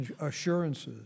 assurances